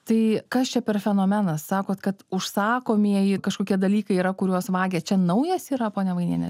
tai kas čia per fenomenas sakot kad užsakomieji kažkokie dalykai yra kuriuos vagia čia naujas yra ponia vainiene